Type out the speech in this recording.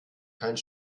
keinen